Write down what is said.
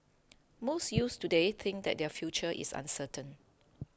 most youths today think that their future is uncertain